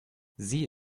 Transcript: sie